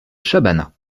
chabanas